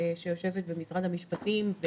שיושבת במשרד המשפטים,